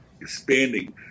expanding